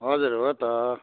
हजुर हो त